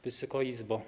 Wysoka Izbo!